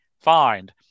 find